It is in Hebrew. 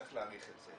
וצריך להעריך את זה,